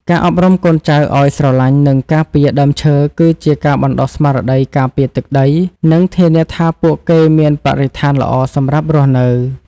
ការអប់រំកូនចៅឱ្យស្រឡាញ់ និងការពារដើមឈើគឺជាការបណ្តុះស្មារតីការពារទឹកដី និងធានាថាពួកគេមានបរិស្ថានល្អសម្រាប់រស់នៅ។